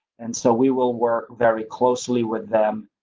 and so we will work very closely with them.